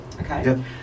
okay